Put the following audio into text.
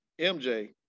MJ